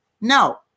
No